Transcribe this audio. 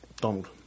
Donald